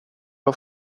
har